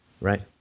Right